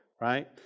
right